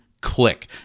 Click